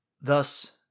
Thus